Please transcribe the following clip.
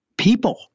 people